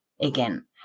again